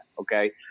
okay